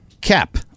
Cap